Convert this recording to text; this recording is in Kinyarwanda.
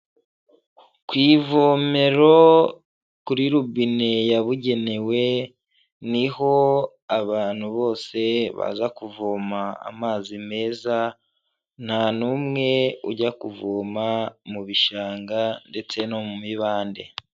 Ku ivomero kuri rubine yabugenewe, niho abantu bose baza kuvoma amazi meza, nta n'umwe ujya kuvoma mu bishanga ndetse no mu mibande.